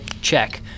check